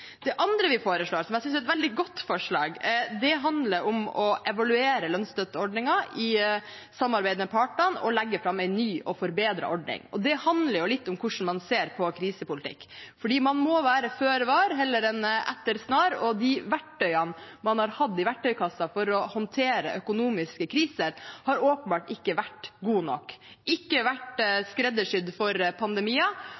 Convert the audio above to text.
Det andre vi foreslår, som jeg synes er et veldig godt forslag, handler om å evaluere lønnsstøtteordningen i samarbeid med partene og legge fram en ny og forbedret ordning. Det handler litt om hvordan man ser på krisepolitikk, for man må være føre var heller enn etter snar, og de verktøyene man har hatt i verktøykassen for å håndtere økonomiske kriser, har åpenbart ikke vært gode nok, ikke vært